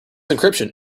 encryption